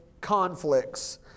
conflicts